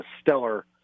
stellar